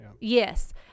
yes